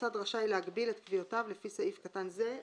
המוסד רשאי להגביל את קביעותיו לפי סעיף קטן זה בזמן."